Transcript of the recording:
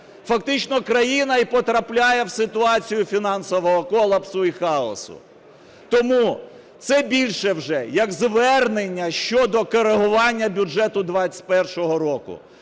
фактично країна і потрапляє в ситуацію фінансового колапсу і хаосу. Тому це більше вже як звернення щодо корегування бюджету 2021 року.